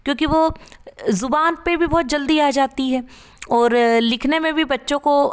क्योंकि वो जुबान पे भी बहुत जल्दी आ जाती है और लिखने में भी बच्चों को